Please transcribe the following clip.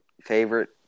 favorite